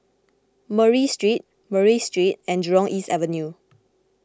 Murray Street Murray Street and Jurong East Avenue